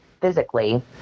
physically